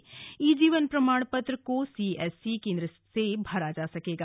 ई जीवन प्रमाण पत्र को सीएससी केन्द्र से भरा जा सकेगा